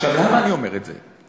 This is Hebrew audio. עכשיו, למה אני אומר את זה?